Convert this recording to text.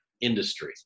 industry